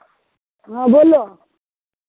हँ बोलो